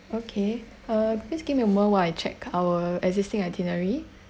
okay uh please give me a moment while I check our existing itinerary